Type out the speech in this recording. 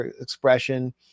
expression